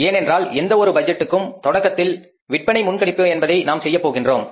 ஏனென்றால் எந்த ஒரு பட்ஜெட்டுக்கும் தொடக்கத்தில் சேல்ஸ் போர்காஸ்டிங் என்பதை நாம் செய்யப் போகின்றோம்